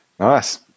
Nice